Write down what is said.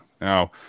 Now